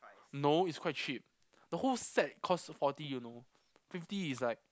no it's quite cheap the whole set cost forty you know fifty is like